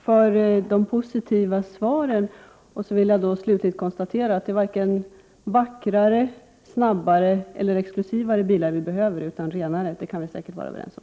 Herr talman! Jag vill bara tacka för de positiva svaren och slutligen konstatera att det inte är vare sig vackrare, snabbare eller exklusivare bilar vi behöver, utan renare. Det kan vi säkert vara överens om.